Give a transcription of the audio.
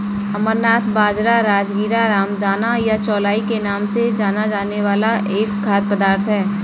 अमरनाथ बाजरा, राजगीरा, रामदाना या चौलाई के नाम से जाना जाने वाला एक खाद्य पदार्थ है